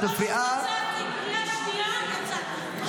את בקריאה --- קריאה שנייה, יצאתי.